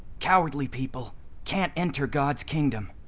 cowardly people can't enter god's kingdom.